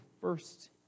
first